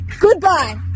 Goodbye